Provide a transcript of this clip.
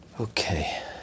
Okay